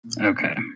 Okay